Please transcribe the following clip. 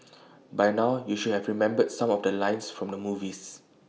by now you should have remembered some of the lines from the movies